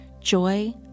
Joy